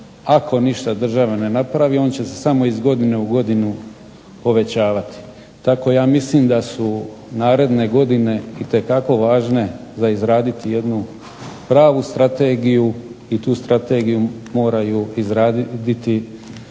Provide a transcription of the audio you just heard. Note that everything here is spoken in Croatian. ako ništa država ne napravi on će se samo iz godine u godinu povećavati. Tako ja mislim da su naredne godine itekako važne za izraditi jednu pravu strategiju i tu strategiju moraju izraditi